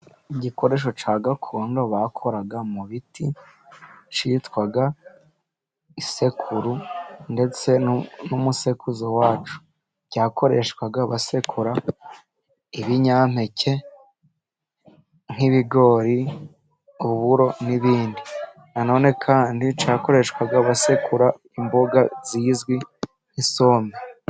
Igikoresho cya gakondo bakoraga mu biti kitwaga isekuru ndetse n'umusekuru wacyo, cyakoreshwaga basekura ibinyampeke nk'ibigori, uburo n'ibindi, anone kandi ca yakoreshwaga basekura imboga zizwi nk'isombe.